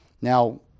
Now